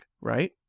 right